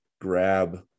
grab